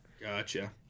Gotcha